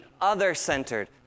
other-centered